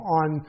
on